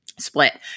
split